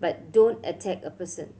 but don't attack a person